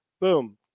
boom